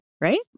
right